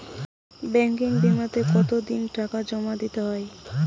Banking বিমাতে কত দিন টাকা জমা দিতে হয়?